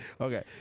Okay